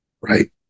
right